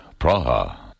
Praha